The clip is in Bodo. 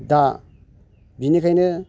दा बिनिखायनो